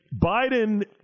Biden